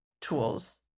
tools